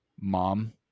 mom